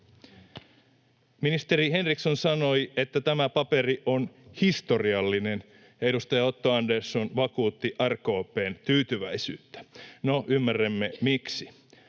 Ministeri Henriksson sanoi, että tämä paperi on historiallinen, ja edustaja Otto Andersson vakuutti RKP:n tyytyväisyyttä. No, ymmärrämme miksi,